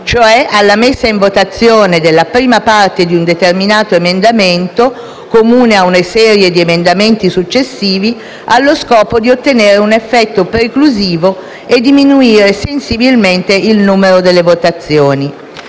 cioè alla messa in votazione della prima parte di un determinato emendamento, comune a una serie di emendamenti successivi, allo scopo di ottenere un effetto preclusivo e diminuire sensibilmente il numero delle votazioni.